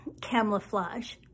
camouflage